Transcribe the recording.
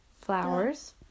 Flowers